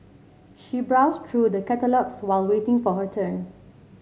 she browsed through the catalogues while waiting for her turn